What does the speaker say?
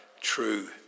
true